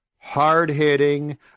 hard-hitting